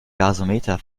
gasometer